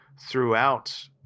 throughout